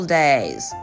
days